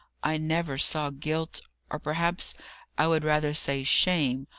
i never saw guilt or perhaps i would rather say shame,